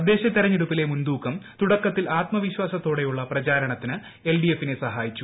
തദ്ദേശ തെരഞ്ഞെടുപ്പിലെ മുൻ തൂക്കം തുടക്കത്തിൽ ആത്മവിശ്വാസത്തോടെയുള്ള പ്രചാരണത്തിന് എൽഡിഎഫിനെ സഹായിച്ചു